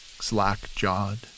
slack-jawed